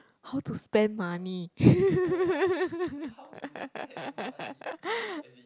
how to spend money